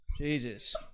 Jesus